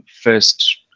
first